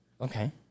okay